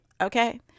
okay